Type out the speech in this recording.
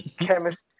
chemistry